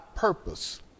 purpose